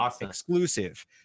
exclusive